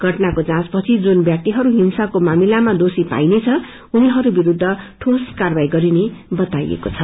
घटनाको जाँचपछि जुन व्याक्तिहरू हिंसाको मामिलामा दोषी पाइनेछ उनीहरू विरूद्ध ठोस कार्यावाही गरिनेछ